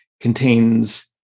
contains